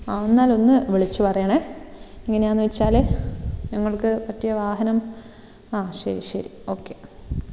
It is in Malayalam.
ആ എന്നാൽ ഒന്ന് വിളിച്ച് പറയണേ എങ്ങനെയാണെന്ന് വെച്ചാൽ ഞങ്ങൾക്ക് പറ്റിയ വാഹനം ആ ശരി ശരി ഓക്കേ